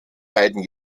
beiden